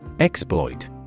Exploit